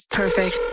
perfect